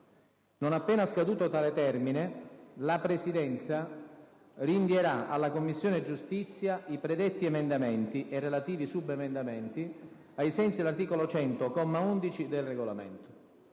Non appena scaduto tale termine, la Presidenza rinvieraalla Commissione giustizia i predetti emendamenti e relativi subemendamenti, ai sensi dell’articolo 100, comma 11, del Regolamento.